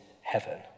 heaven